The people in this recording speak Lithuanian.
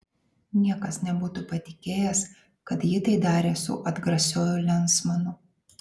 niekas nebūtų patikėjęs kad ji tai darė su atgrasiuoju lensmanu